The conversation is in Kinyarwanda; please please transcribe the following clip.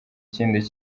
kindi